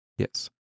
Yes